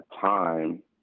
time